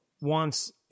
wants